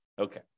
Okay